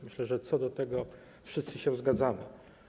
Myślę, że co do tego wszyscy się zgadzamy.